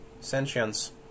sentience